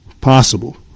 possible